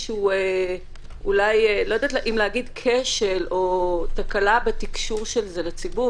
אני לא יודעת אם להגיד כשל או תקלה בתקשור של זה לציבור,